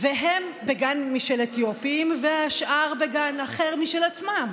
ושהם בגן של אתיופים והשאר בגן אחר משל עצמם.